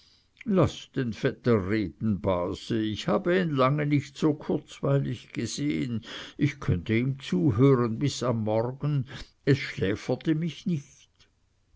den vetter reden base ich habe ihn lange nicht so kurzweilig gesehen ich könnte ihm zuhören bis am morgen es schläferte mich nicht